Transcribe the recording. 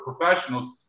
professionals